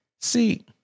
See